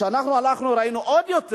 כשאנחנו הלכנו ראינו עוד יותר.